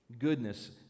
goodness